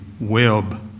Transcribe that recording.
web